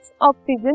oxygen